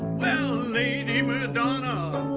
lady madonna